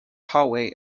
hallway